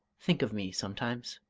think of me sometimes!